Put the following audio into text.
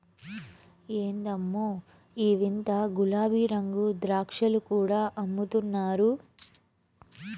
ఎందమ్మో ఈ వింత గులాబీరంగు ద్రాక్షలు కూడా అమ్ముతున్నారు